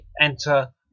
enter